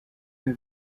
her